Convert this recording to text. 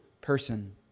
person